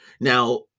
Now